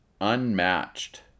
Unmatched